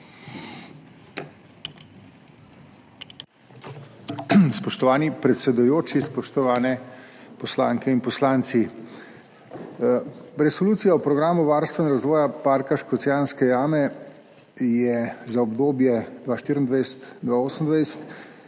Spoštovani predsedujoči, spoštovane poslanke in poslanci! V Resolucijo o Programu varstva in razvoja Parka Škocjanske jame za obdobje 2024–2028